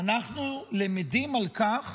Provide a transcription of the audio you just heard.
אנחנו למדים על כך